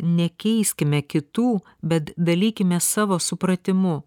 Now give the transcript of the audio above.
nekeiskime kitų bet dalykimės savo supratimu